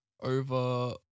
over